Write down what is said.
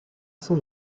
son